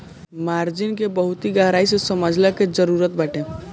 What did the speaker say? margin के बहुते गहराई से समझला के जरुरत बाटे